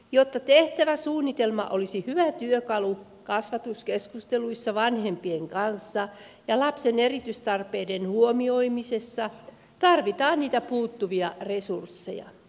jotta tehtävä suunnitelma olisi hyvä työkalu kasvatuskeskusteluissa vanhempien kanssa ja lapsen erityistarpeiden huomioimisessa tarvitaan niitä puuttuvia resursseja